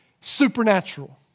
supernatural